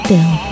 Bill